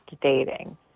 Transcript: dating